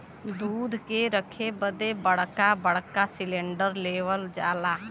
दूध के रखे बदे बड़का बड़का सिलेन्डर लेवल जाला